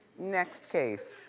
next case.